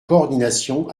coordination